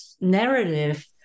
narrative